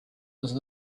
was